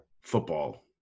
football